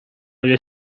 大约